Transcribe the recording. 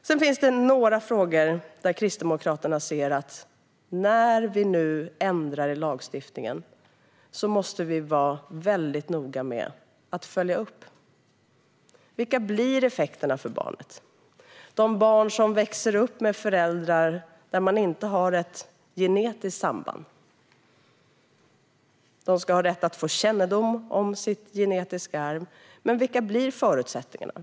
Sedan finns det några frågor där Kristdemokraterna ser att när vi nu ändrar i lagstiftningen måste vi vara väldigt noga med att följa upp. Vilka blir effekterna för barnet? De barn som växer upp med föräldrar där man inte har ett genetiskt samband ska ha rätt att få kännedom om sitt genetiska arv. Men vilka blir förutsättningarna?